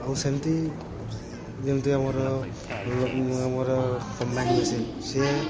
ଆଉ ସେମିତି ଯେମତି ଆମର ଆମର କମ୍ବାଇନ୍ ମେସିନ୍ ସେ